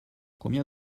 combien